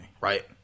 right